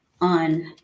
on